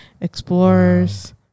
explorers